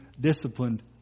disciplined